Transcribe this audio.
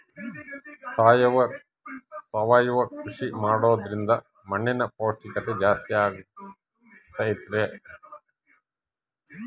ಸಾವಯವ ಕೃಷಿ ಮಾಡೋದ್ರಿಂದ ಮಣ್ಣಿನ ಪೌಷ್ಠಿಕತೆ ಜಾಸ್ತಿ ಆಗ್ತೈತಾ?